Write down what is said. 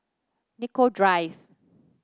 Nicoll Drive